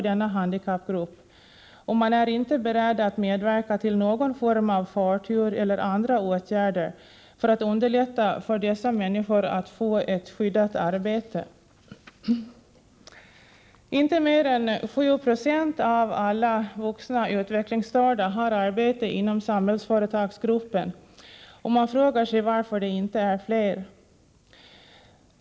Utskottet är inte berett att medverka till någon form av förtur eller andra åtgärder för att underlätta för dessa människor att få ett skyddat arbete. Inte mer än 7 2 av alla vuxna utvecklingsstörda har arbete inom Samhällsföretagsgruppen, och det finns anledning att ställa frågan varför det inte är fler.